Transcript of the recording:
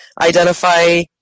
identify